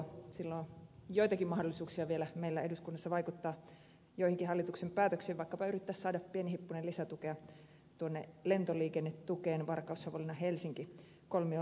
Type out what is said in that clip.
silloin on joitakin mahdollisuuksia vielä meillä eduskunnassa vaikuttaa joihinkin hallituksen päätöksiin vaikkapa yrittää saada pieni hippunen lisätukea lentoliikennetukeen varkaussavonlinnahelsinki kolmion lentoihin